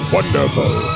Wonderful